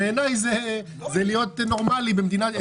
בעיניי זה להיות אזרח נורמטיבי במדינה.